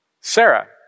Sarah